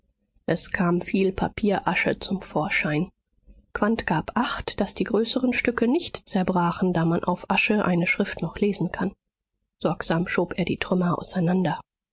es kam viel papierasche zum vorschein quandt gab acht daß die größeren stücke nicht zerbrachen da man auf asche eine schrift noch lesen kann sorgsam schob er die trümmer auseinander